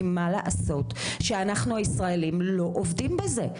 מה לעשות שאנחנו הישראליים לא עובדים בזה.